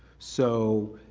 so,